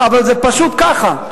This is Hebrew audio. אבל זה פשוט ככה.